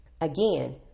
Again